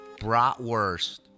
Bratwurst